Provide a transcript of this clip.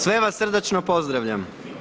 Sve vas srdačno pozdravljam.